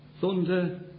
Thunder